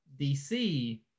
DC